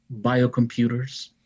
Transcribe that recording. biocomputers